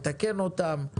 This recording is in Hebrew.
נתקן אותם,